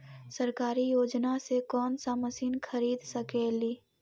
सरकारी योजना से कोन सा मशीन खरीद सकेली?